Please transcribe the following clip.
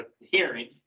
hearing